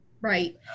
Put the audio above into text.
Right